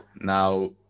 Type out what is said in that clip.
Now